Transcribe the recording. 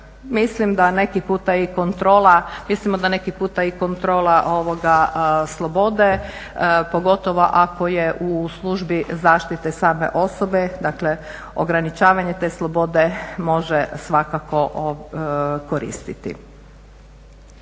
mislimo da neki puta i kontrola slobode, pogotovo ako je u službi zaštite same osobe, dakle ograničavanje te slobode može svakako koristiti.